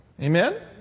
Amen